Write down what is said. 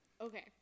Okay